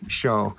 show